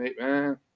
man